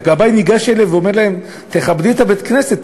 כשהגבאי ניגש אליהן ואומר להן: תכבדי את בית-הכנסת,